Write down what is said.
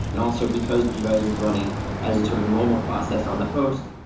and also because gvisor is running as a sort of normal process on the host.